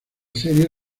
serie